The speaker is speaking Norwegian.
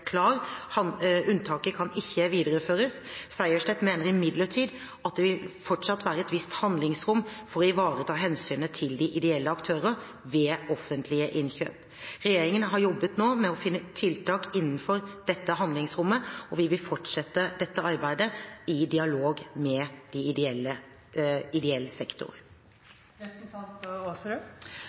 Unntaket kan ikke videreføres. Sejersted mener imidlertid at det fortsatt vil være et visst handlingsrom for å ivareta hensynet til de ideelle aktørene ved offentlige innkjøp. Regjeringen har nå jobbet med å finne tiltak innenfor dette handlingsrommet, og vi vil fortsette dette arbeidet i dialog med